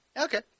Okay